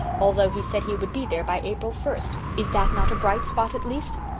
although he said he would be there by april first. is that not a bright spot at least?